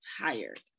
tired